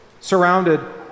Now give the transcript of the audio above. surrounded